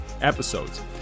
episodes